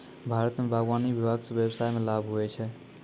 भारत मे बागवानी विभाग से व्यबसाय मे लाभ हुवै छै